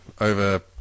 over